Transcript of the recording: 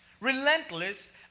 relentless